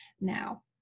Now